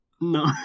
No